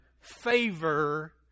favor